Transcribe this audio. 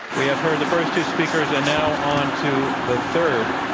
we have heard the first two speakers, and now on to the third.